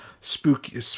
spooky